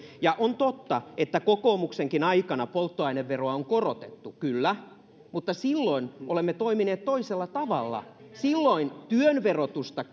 ja on totta että kokoomuksenkin aikana polttoaineveroa on korotettu kyllä mutta silloin olemme toimineet toisella tavalla silloin työn verotusta